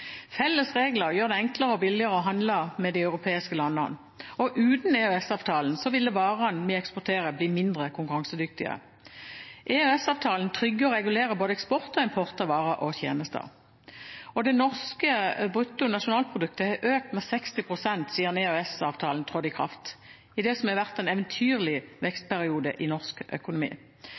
Felles regler gjør det enklere og billigere å handle med de europeiske landene. Uten EØS-avtalen ville varene vi eksporterer, bli mindre konkurransedyktige. EØS-avtalen trygger og regulerer både eksport og import av varer og tjenester. Det norske brutto nasjonalproduktet har økt med 60 pst. siden EØS-avtalen trådte i kraft, i det som har vært en eventyrlig vekstperiode i norsk økonomi.